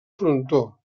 frontó